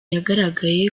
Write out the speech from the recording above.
yagaragaye